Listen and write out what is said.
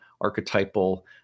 archetypal